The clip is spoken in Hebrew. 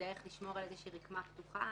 איזשהו פתח במקומות המתאימים, כשיש באמת הצדקה,